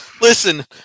Listen